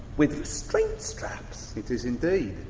with restraint straps? it is indeed.